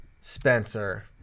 Spencer